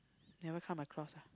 never come across ah